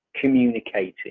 communicating